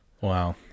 Wow